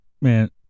man